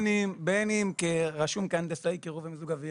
בין אם רשום כהנדסאי קירור ומיזוג אוויר,